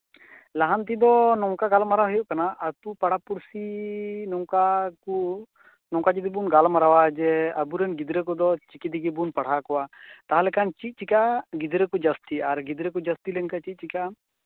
ᱞᱟᱦᱟᱱᱛᱤ ᱫᱚ ᱱᱚᱝᱠᱟ ᱜᱟᱞᱢᱟᱨᱟᱣ ᱦᱩᱭᱩᱜ ᱠᱟᱱᱟ ᱟᱹᱛᱩᱼᱯᱟᱲᱟ ᱯᱩᱲᱥᱤ ᱱᱚᱝᱠᱟ ᱠᱚ ᱱᱚᱝᱠᱟ ᱡᱩᱫᱤ ᱵᱚᱱ ᱜᱟᱞᱢᱟᱨᱟᱣᱟ ᱡᱮ ᱟᱵᱚᱨᱮᱱ ᱜᱤᱫᱽᱨᱟᱹ ᱠᱚᱫᱚ ᱪᱤᱠᱤ ᱛᱮᱜᱮ ᱵᱚᱱ ᱯᱟᱲᱦᱟᱣ ᱠᱚᱣᱟ ᱛᱟᱞᱦᱮ ᱠᱷᱟᱱ ᱪᱮᱫ ᱪᱤᱠᱟᱹᱜᱼᱟ ᱜᱤᱫᱽᱨᱟᱹ ᱠᱚ ᱡᱟᱹᱥᱛᱤᱜᱼᱟ ᱟᱨ ᱜᱤᱫᱽᱨᱟᱹ ᱠᱚ ᱡᱟᱹᱥᱛᱤ ᱞᱮᱱᱠᱷᱟᱱ ᱪᱮᱫ ᱪᱤᱠᱟᱹᱜᱼᱟ